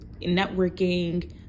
networking